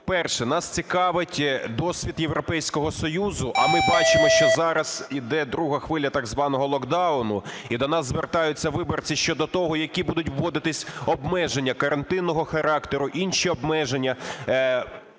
Перше. Нас цікавить досвід Європейського Союзу, а ми бачимо, що зараз йде друга хвиля так званого локдауну, і до нас звертаються виборці щодо того, які будуть вводитись обмеження карантинного характеру, інші обмеження.